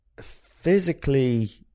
physically